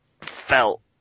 felt